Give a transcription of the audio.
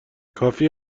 کافی